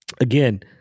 again